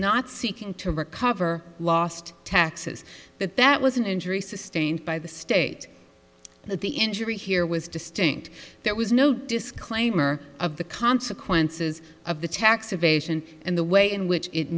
not seeking to recover lost taxes that that was an injury sustained by the state that the injury here was distinct there was no disclaimer of the consequences of the tax evasion and the way in which it